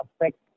affect